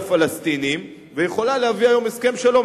לפלסטינים ויכולה להביא היום הסכם שלום.